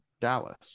Dallas